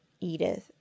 edith